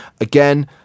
again